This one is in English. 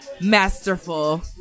masterful